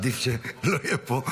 עדיף שלא יהיה פה,